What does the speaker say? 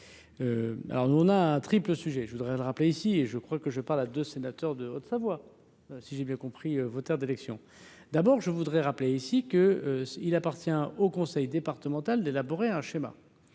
alors nous on a un triple sujet je voudrais rappeler ici et je crois que je parle à 2, sénateur de Haute-Savoie, si j'ai bien compris vos Terres d'élection, d'abord je voudrais rappeler ici que il appartient au conseil départemental d'élaborer un schéma